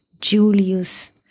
Julius